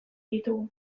ditugu